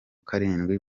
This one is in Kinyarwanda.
karindwi